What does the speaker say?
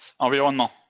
Environnement